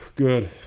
good